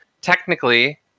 technically